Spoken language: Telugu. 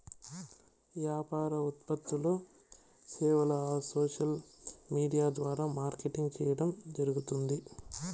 యాపార ఉత్పత్తులూ, సేవలూ ఆ సోసల్ విూడియా ద్వారా మార్కెటింగ్ చేయడం జరగుతాంది